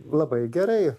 labai gerai